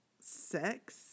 sex